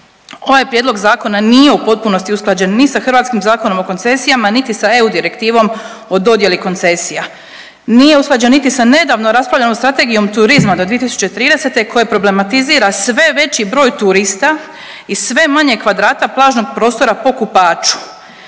Ovaj prijedlog zakona nije u potpunosti usklađen ni sa hrvatskih Zakonom o koncesijama niti sa EU direktivom o dodijeli koncesija, nije usklađen niti sa nedavno raspravljenom Strategijom turizma do 2030. koja problematizira sve veći broj turista i sve manje kvadrata plažnog prostora po kupaču.